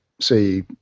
say